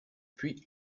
puis